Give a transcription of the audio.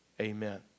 Amen